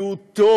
כי הוא טוב,